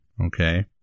Okay